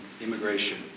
immigration